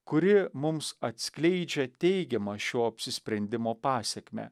kuri mums atskleidžia teigiamą šio apsisprendimo pasekmę